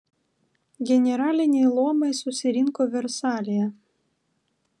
generaliniai luomai susirinko versalyje